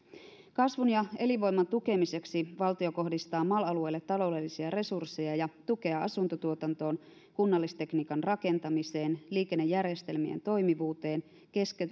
kasvun ja elinvoiman tukemiseksi valtio kohdistaa mal alueelle taloudellisia resursseja ja tukea asuntotuotantoon kunnallistekniikan rakentamiseen liikennejärjestelmien toimivuuteen